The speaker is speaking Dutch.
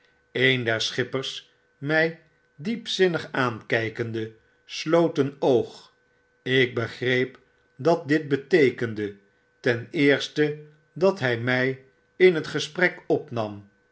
een der schippers mg diepzinuig aankpende sloot een oog ik begreep datditbeteekende ten eerste dat hy mj in het gesprek opnam